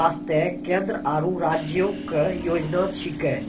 वास्ते केंद्र आरु राज्यो क योजना छिकै